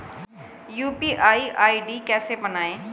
UPI ID कैसे बनाएं?